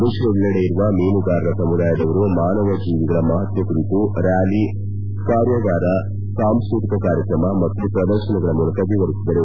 ವಿಶ್ವದಲ್ಲೆಡೆ ಇರುವ ಮೀನುಗಾರರ ಸಮುದಾಯದವರು ಮಾನವ ಜೀವಿಗಳ ಮಹತ್ತ ಕುರಿತು ರ್ನಾಲಿ ಕಾರ್ಯಗಾರ ಸಾಂಸ್ತತಿಕ ಕಾರ್ಯಕ್ರಮ ಮತ್ತು ಪ್ರದರ್ಶನಗಳ ಮೂಲಕ ವಿವರಿಸಿದರು